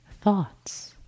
thoughts